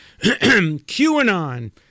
QAnon